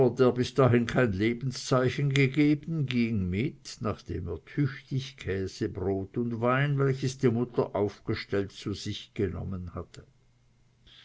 bis dahin kein lebenszeichen gegeben ging mit nachdem er tüchtig käse brot und wein welches die mutter aufgestellt zu sich genommen hatte